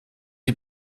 die